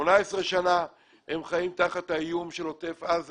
18 שנים הם חיים תחת האיום של עוטף עזה.